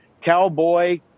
cowboy